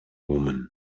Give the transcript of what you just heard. woman